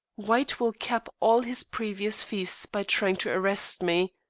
white will cap all his previous feats by trying to arrest me.